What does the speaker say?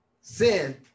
Sin